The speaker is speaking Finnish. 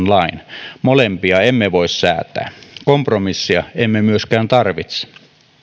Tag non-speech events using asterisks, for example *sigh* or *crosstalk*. *unintelligible* lain molempia emme voi säätää kompromissia emme myöskään tarvitse